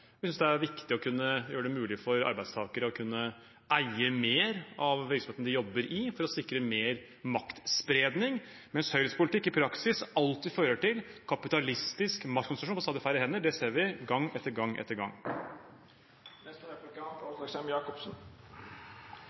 Vi synes det er viktig å kunne gjøre det mulig for arbeidstakere å kunne eie mer av virksomheten de jobber i, for å sikre mer maktspredning, mens Høyres politikk i praksis alltid fører til kapitalistisk maktkonsentrasjon på stadig færre hender. Det ser vi gang etter gang etter gang.